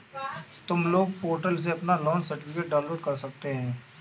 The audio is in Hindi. तुम लोन पोर्टल से अपना लोन सर्टिफिकेट डाउनलोड कर सकते हो